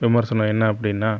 விமர்சனம் என்ன அப்படின்னா